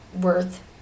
worth